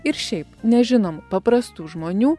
ir šiaip nežinomų paprastų žmonių